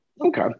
Okay